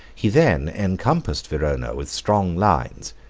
he then encompassed verona with strong lines,